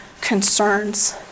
concerns